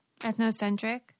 Ethnocentric